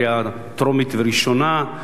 בקריאה טרומית וראשונה,